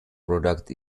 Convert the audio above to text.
product